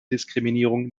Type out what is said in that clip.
diskriminierung